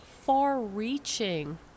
far-reaching